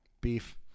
beef